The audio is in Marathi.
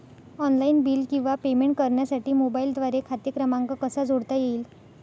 ऑनलाईन बिल किंवा पेमेंट करण्यासाठी मोबाईलद्वारे खाते क्रमांक कसा जोडता येईल?